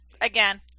Again